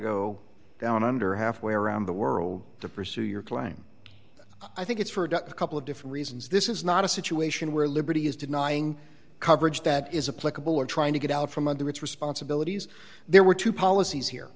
go down under halfway around the world to pursue your claim i think it's for adult couple of different reasons this is not a situation where liberty is denying coverage that is a political or trying to get out from under its responsibilities there were two policies here